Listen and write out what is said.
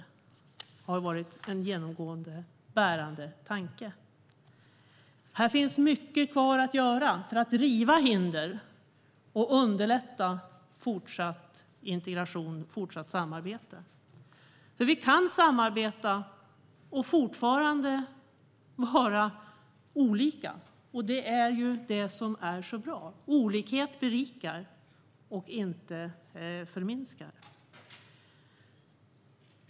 Det har varit en genomgående, bärande tanke. Här finns mycket kvar att göra för att riva hinder och för att underlätta en fortsatt integration och ett fortsatt samarbete. Vi kan samarbeta och fortfarande vara olika. Det är ju det som är så bra - att olikhet berikar och inte förminskar.